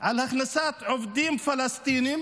על הכנסת עובדים פלסטינים